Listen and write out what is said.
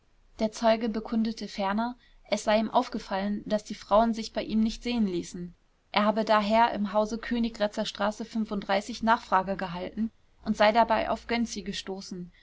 der zeuge bekundete ferner es sei ihm aufgefallen daß die frauen sich bei ihm nicht sehen ließen er habe daher im hause königgrätzer straße nachfrage gehalten und sei dabei auf gönczi gestoßen